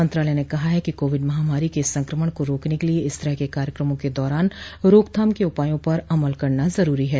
मंत्रालय ने कहा है कि कोविड महामारी के संक्रमण को रोकने के लिए इस तरह के कार्यक्रमों के दौरान रोकथाम के उपाय पर अमल करना जरुरी है